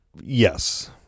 yes